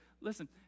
listen